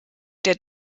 der